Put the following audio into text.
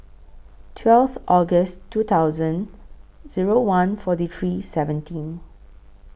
twelfth August two thousand Zero one forty three seventeen